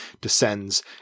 descends